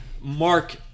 Mark